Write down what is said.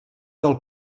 del